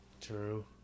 True